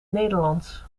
nederlands